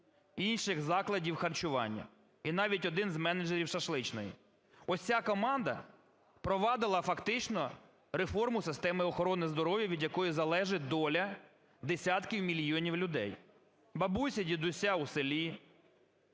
інших закладів харчування, і навіть один з менеджерів шашличної. Ось ця команда провадила фактично реформу системи охорони здоров'я, від якої залежить доля десятків й мільйонів людей: бабусі й дідуся у селі,